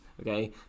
okay